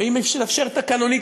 ואם יתאפשר תקנונית,